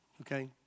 okay